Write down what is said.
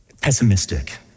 pessimistic